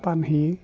फानहैयो